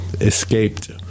escaped